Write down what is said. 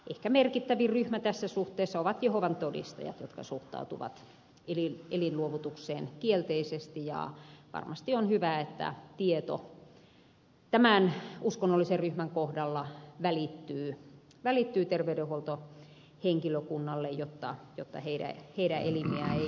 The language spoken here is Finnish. ehkä merkittävin ryhmä tässä suhteessa ovat jehovan todistajat jotka suhtautuvat elinluovutukseen kielteisesti ja varmasti on hyvä että tieto tämän uskonnollisen ryhmän kohdalla välittyy terveydenhuoltohenkilökunnalle jotta heidän elimiään ei irroteta